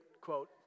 quote